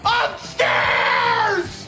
upstairs